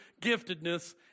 giftedness